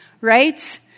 right